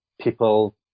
people